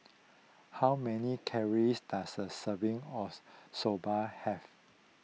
how many calories does a serving of Soba have